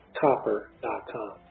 copper.com